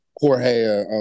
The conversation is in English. Jorge